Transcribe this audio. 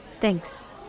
Thanks